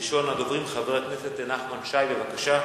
ראשון הדוברים, חבר הכנסת נחמן שי, בבקשה.